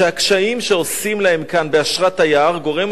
שהקשיים שעושים להם כאן באשרת תייר גורמים